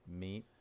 meat